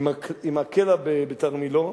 עם הקלע בתרמילו,